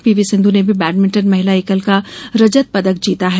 PV Sindhu ने भी badminton महिला एकल का रजत पदक जीता है